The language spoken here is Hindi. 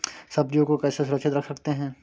सब्जियों को कैसे सुरक्षित रख सकते हैं?